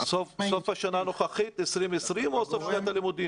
סוף השנה הנוכחית, 2020, או סוף שנת הלימודים.